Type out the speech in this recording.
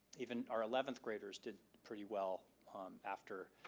even our eleventh graders did pretty well after